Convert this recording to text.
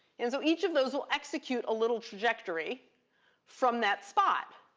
and so each of those will execute a little trajectory from that spot.